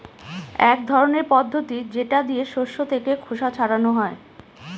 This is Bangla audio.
এক ধরনের পদ্ধতি যেটা দিয়ে শস্য থেকে খোসা ছাড়ানো হয়